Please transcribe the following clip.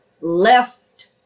left